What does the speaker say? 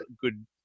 good